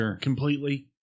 completely